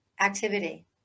activity